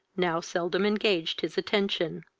now seldom engaged his attention.